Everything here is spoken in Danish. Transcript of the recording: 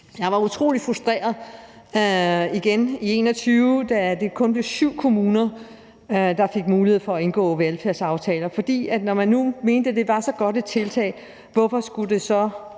Jeg var utrolig frustreret igen i 2021, da det kun blev syv kommuner, der fik mulighed for at indgå velfærdsaftaler. For når man nu mente, at det var så godt et tiltag, hvorfor skulle det så